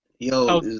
Yo